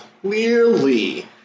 clearly